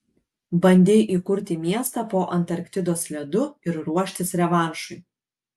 bandei įkurti miestą po antarktidos ledu ir ruoštis revanšui